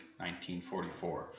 1944